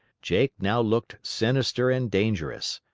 jake now looked sinister and dangerous.